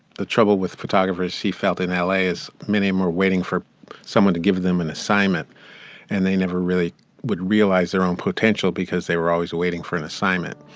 the trouble with photographers he felt in l a. is many more waiting for someone to give them an assignment and they never really would realize their own potential because they were always waiting for an assignment,